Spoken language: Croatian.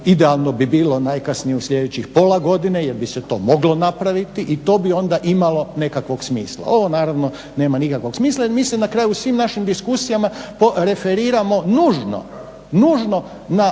Idealno bi bilo najkasnije u sljedećih pola godine jel bi se to moglo napraviti i to bi onda imalo nekakvog smisla. Ovo naravno nema nikakvog smisla jel mi se na kraju u svim našim diskusijama referiramo nužno na zbivanja